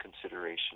consideration